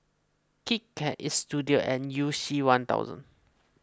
Kit Kat Istudio and You C one thousand